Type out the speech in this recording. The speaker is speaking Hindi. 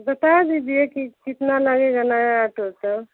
बता दीजिए की कितना लगेगा नया